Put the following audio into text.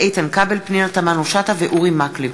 יפעת קריב ואורלי לוי אבקסיס,